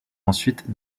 ensuite